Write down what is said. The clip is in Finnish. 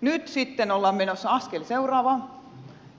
nyt sitten ollaan menossa askel seuraavaan